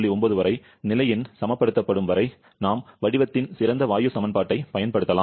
9 வரை நிலையின் ுப்படுத்தப்படும் வரை நாம் வடிவத்தின் சிறந்த வாயு சமன்பாட்டைப் பயன்படுத்தலாம்